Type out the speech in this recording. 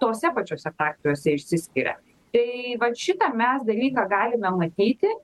tose pačiose frakcijose išsiskiria tai vat šitą mes dalyką galime matyti